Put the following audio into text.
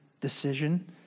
decision